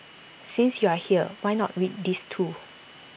since you are here why not read these too